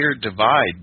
divide